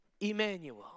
Emmanuel